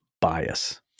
bias